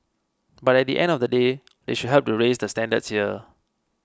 but at the end of the day they should help to raise the standards here